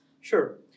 Sure